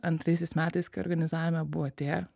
antraisiais metais kai organizavome buvo atėję